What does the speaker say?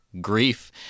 grief